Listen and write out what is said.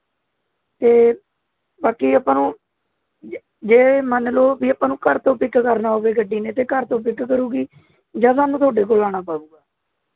ਅਤੇ ਬਾਕੀ ਆਪਾਂ ਨੂੰ ਜੇ ਜੇ ਮੰਨ ਲਉ ਵੀ ਆਪਾਂ ਨੂੰ ਘਰ ਤੋਂ ਪਿੱਕ ਕਰਨਾ ਹੋਵੇ ਗੱਡੀ ਨੇ ਅਤੇ ਘਰ ਤੋਂ ਪਿੱਕ ਕਰੇਗੀ ਜਾਂ ਸਾਨੂੰ ਤੁਹਾਡੇ ਕੋਲ ਆਉਣਾ ਪਵੇਗਾ